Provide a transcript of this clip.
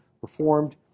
performed